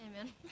Amen